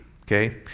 okay